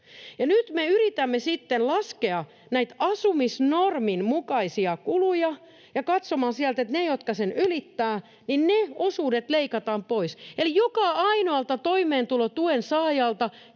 nyt me yritämme sitten laskea näitä asumisnormin mukaisia kuluja ja katsoa sieltä, että ne osuudet, jotka sen ylittävät, leikataan pois. Joka ainoalta toimeentulotuen saajalta